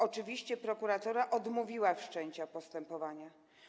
Oczywiście prokuratura odmówiła wszczęcia postępowania.